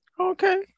Okay